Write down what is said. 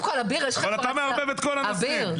אבל אתה מערבב את כל הנושאים.